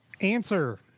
Answer